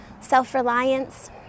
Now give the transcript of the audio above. self-reliance